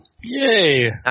Yay